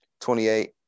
28